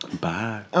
Bye